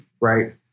right